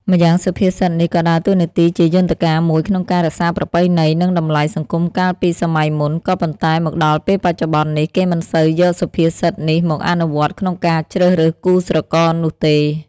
ម្យ៉ាងសុភាសិតនេះក៏ដើរតួនាទីជាយន្តការមួយក្នុងការរក្សាប្រពៃណី និងតម្លៃសង្គមកាលពីសម័យមុន ក៏ប៉ុន្តែមកដល់ពេលបច្ចុប្បន្ននេះគេមិនសូវយកសុភាសិតនេះមកអនុវត្តក្នុងការជ្រើសរើសគូស្រករនោះទេ។